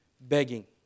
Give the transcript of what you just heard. begging